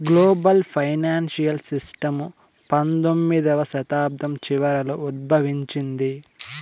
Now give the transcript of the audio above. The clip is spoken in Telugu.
గ్లోబల్ ఫైనాన్సియల్ సిస్టము పంతొమ్మిదవ శతాబ్దం చివరలో ఉద్భవించింది